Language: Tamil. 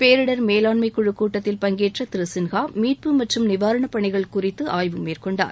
பேரிடர் மேலாண்மை குழுக் கூட்டத்தில் பங்கேற்ற திரு சின்ஹா மீட்பு மற்றும் நிவாரணப் பணிகள் முத்தி ஆய்வு மேற்கொண்டார்